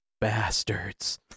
bastards